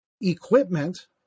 equipment